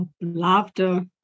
Laughter